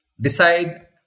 decide